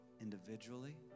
individually